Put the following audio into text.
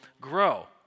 grow